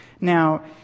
Now